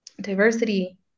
diversity